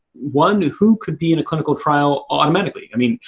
one, who who could be in a clinical trial automatically. i mean,